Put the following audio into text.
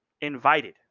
invited